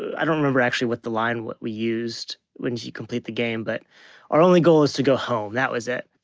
i don't remember actually the line, what we used once you complete the game. but our only goal was to go home. that was it.